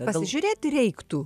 pasižiūrėti reiktų